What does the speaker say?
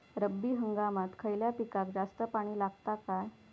रब्बी हंगामात खयल्या पिकाक जास्त पाणी लागता काय?